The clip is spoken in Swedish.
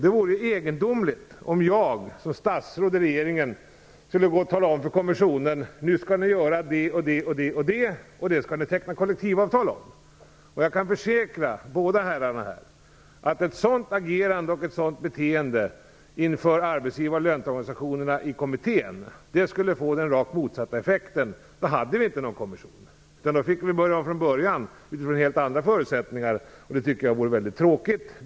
Det vore egendomligt om jag, som statsråd i regeringen, skulle tala om för kommissionen att den skall göra det och det och teckna kollektivavtal om det. Jag kan försäkra båda herrarna här, att ett sådant agerande och ett sådant beteende inför arbetsgivaroch löntagarorganisationerna i kommissionen skulle få den rakt motsatta effekten. Då hade vi inte någon kommission, utan då fick vi börja om från början utifrån helt andra förutsättningar. Jag tycker att det vore väldigt tråkigt.